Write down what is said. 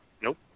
Nope